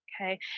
Okay